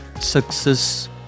success